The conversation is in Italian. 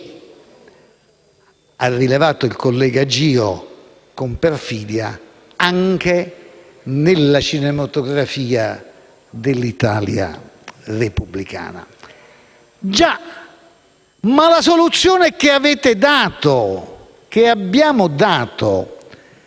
ha rilevato il collega Giro con perfidia, anche nella cinematografia dell'Italia repubblicana. Già. Ma la soluzione che abbiamo dato